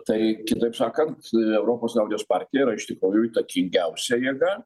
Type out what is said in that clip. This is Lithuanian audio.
tai kitaip sakant europos liaudies partija yra iš tikrųjų įtakingiausia jėga